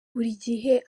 burigihe